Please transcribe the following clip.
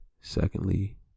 Secondly